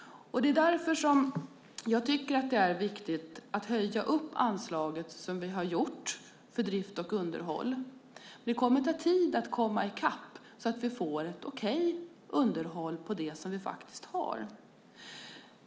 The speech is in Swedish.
Därför tycker jag att det är viktigt att höja anslaget för drift och underhåll, som vi har gjort. Men det kommer att ta tid att komma i kapp, så att underhållet för det vi faktiskt har är okej.